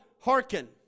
hearken